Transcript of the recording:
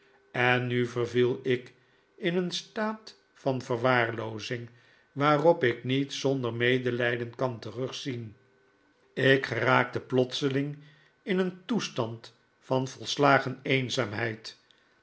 en nu verviel ik in een staat van verwaarloozing waarop ik niet zonder medelijden kan terugzien ik geraakte plotseling in een toestand van volslagen eenzaamheid